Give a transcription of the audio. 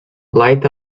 light